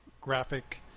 graphic